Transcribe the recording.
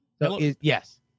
yes